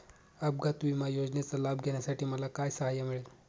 अपघात विमा योजनेचा लाभ घेण्यासाठी मला काय सहाय्य मिळेल?